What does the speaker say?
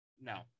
No